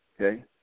Okay